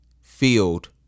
field